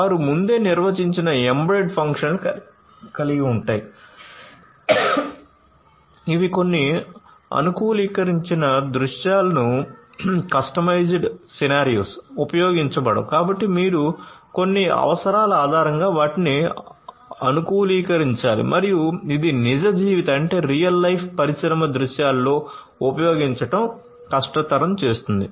వారు ముందే నిర్వచించిన ఎంబెడెడ్ ఫంక్షన్లను కలిగి ఉన్నాయి ఇవి కొన్ని అనుకూలీకరించిన దృశ్యాలకు పరిశ్రమ దృశ్యాలలో ఉపయోగించడం కష్టతరం చేస్తుంది